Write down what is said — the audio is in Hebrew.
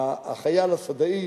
החייל השׂדאי